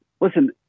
Listen